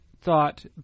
thought